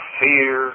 fear